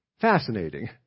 Fascinating